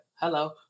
hello